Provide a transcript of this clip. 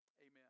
amen